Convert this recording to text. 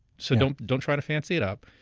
so don't don't try to fancy it up.